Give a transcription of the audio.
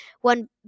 One